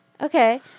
Okay